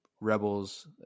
Rebels